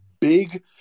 big